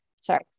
sorry